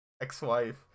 ex-wife